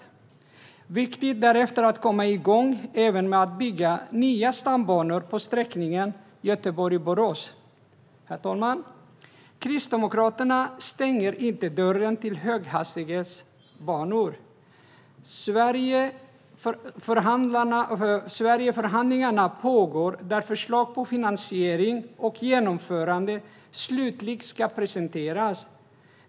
Det är viktigt att därefter komma igång med att även bygga nya stambanor på sträckningen Göteborg-Borås. Herr talman! Kristdemokraterna stänger inte dörren för höghastighetsbanor. Sverigeförhandlingen pågår, och förslag på finansiering och genomförande ska presenteras.